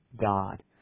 God